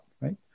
right